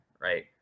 right